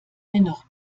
dennoch